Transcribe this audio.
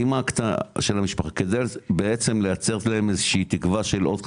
האמא של המשפחה כדי בעצם לייצר להם איזו שהיא תקווה של עוד חמישה,